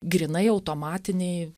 grynai automatinėj